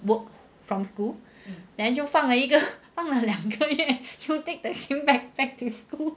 work from school then 就放了一个放了两个月就 take the same backpack to school